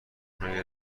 مگه